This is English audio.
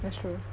that's true